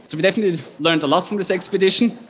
we definitely learned a lot from this expedition.